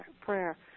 Prayer